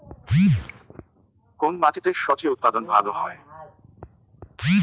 কোন মাটিতে স্বজি উৎপাদন ভালো হয়?